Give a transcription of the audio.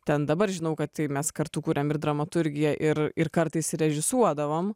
ten dabar žinau kad tai mes kartu kūrėm ir dramaturgiją ir ir kartais režisuodavom